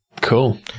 Cool